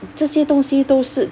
这些东西都是